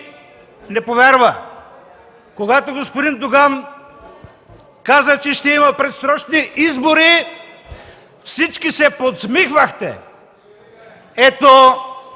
не повярва. Когато господин Доган каза, че ще има предсрочни избори, всички се подсмихвахте! Ето,